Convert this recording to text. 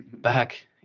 back